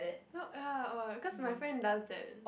no ya orh cause my friend does that